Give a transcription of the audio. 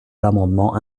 l’amendement